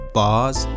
bars